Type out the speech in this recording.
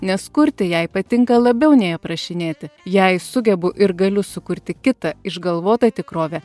nes kurti jai patinka labiau nei aprašinėti jei sugebu ir galiu sukurti kitą išgalvotą tikrovę